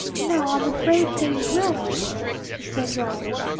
no! i'm afraid they will meet me, she said dryly.